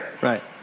Right